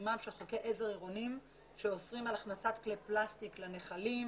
קידומם של חוקי עזר עירוניים שאוסרים על הכנסת כלי פלסטיק לנחלים,